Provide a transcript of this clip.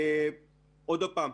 עוד פעם,